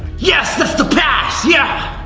yes, that's the pass, yeah!